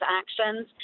actions